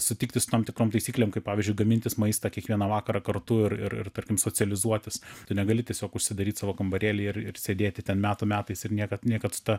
sutikti su tam tikrom taisyklėm pavyzdžiui gamintis maistą kiekvieną vakarą kartu ir ir tarkim socializuotis tu negali tiesiog užsidaryti savo kambarėlyje ir sėdėti ten metų metais ir niekad niekad su ta